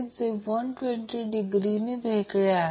तर हे current magnitude आहे